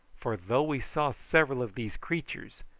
for though we saw several of these creatures,